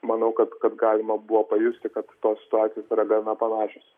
manau kad kad galima buvo pajusti kad tos situacijos yra gana panašios